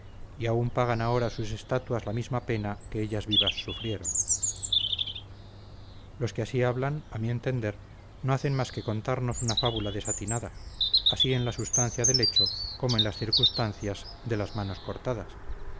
y aun pagan ahora sus estatuas la misma pena que ellas vivas sufrieron los que así hablan a mi entender no hacen más que contarnos una fábula desatinada así en la sustancia del hecho como en las circunstancias de las manos cortadas